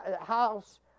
house